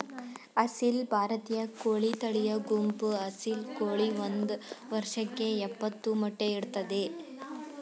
ಅಸೀಲ್ ಭಾರತೀಯ ಕೋಳಿ ತಳಿಯ ಗುಂಪು ಅಸೀಲ್ ಕೋಳಿ ಒಂದ್ ವರ್ಷಕ್ಕೆ ಯಪ್ಪತ್ತು ಮೊಟ್ಟೆ ಇಡ್ತದೆ